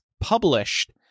published